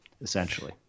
essentially